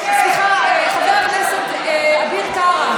סליחה, חבר הכנסת אביר קארה,